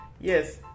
yes